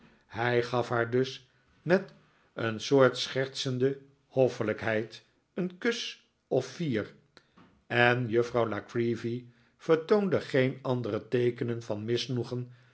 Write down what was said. hij gaf haar dus met een soort schertsende hoffelijkheid'een kus of vier en juffrouw la creevy vertoonde geen andere teekenen van